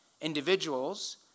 individuals